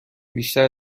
بیشتر